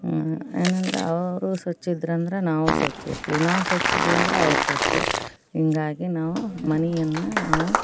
ಏನಂದ್ರೆ ಅವರು ಸ್ವಚ್ಛ ಇದ್ರಂದ್ರೆ ನಾವು ಸ್ವಚ್ಛ ಇರ್ತೀವಿ ನಾವು ಸ್ವಚ್ಛ ಇದ್ದೀವೆಂದ್ರೆ ಅವ್ರು ಸ್ವಚ್ಛ ಹೀಗಾಗಿ ನಾವು ಮನೆಯನ್ನು ನಾವು